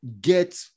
get